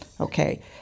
okay